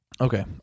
Okay